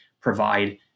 provide